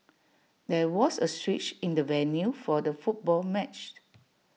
there was A switch in the venue for the football match